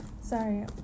Sorry